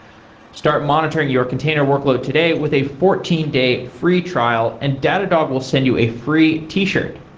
start monitor ing your container workload today with a fourteen day free trial and datadog will send you a free t-shirt.